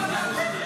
רוצה.